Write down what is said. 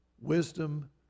wisdom